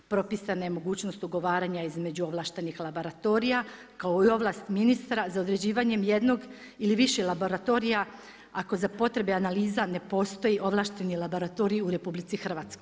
Propisana je mogućnost ugovaranja između ovlaštenih laboratorija kao i ovlast ministra za određivanje mjernog ili više laboratorija ako za potrebe analiza ne postoji ovlašteni laboratorij u RH.